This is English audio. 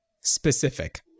specific